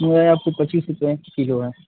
ये है आपकी पच्चीस रुपए किलो है